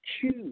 choose